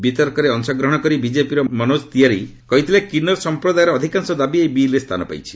ବିତର୍କରେ ଅଂଶଗ୍ରହଣ କରି ବିକେପିର ମନୋତ ତିୱାରୀ କହିଥିଲେ କିନ୍ବର ସମ୍ପ୍ରଦାୟର ଅଧିକାଂଶ ଦାବି ଏହି ବିଲ୍ରେ ସ୍ଥାନ ପାଇଛି